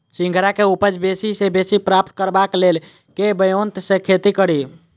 सिंघाड़ा केँ उपज बेसी सऽ बेसी प्राप्त करबाक लेल केँ ब्योंत सऽ खेती कड़ी?